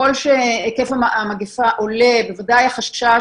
ככל שהיקף המגפה עולה בוודאי החשש